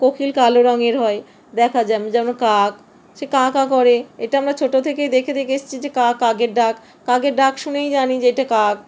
কোকিল কালো রঙের হয় দেখা যায় যেমন কাক সে কা কা করে এটা আমরা ছোট থেকেই দেখে দেখে এসেছি যে কা কাকের ডাক কাকের ডাক শুনেই জানি যে এটা কাক